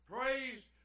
Praise